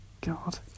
God